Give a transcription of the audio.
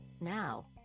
now